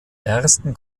ersten